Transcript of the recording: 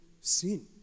sin